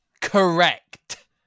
correct